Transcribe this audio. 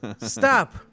Stop